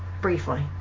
Briefly